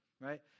right